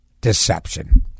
deception